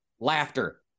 laughter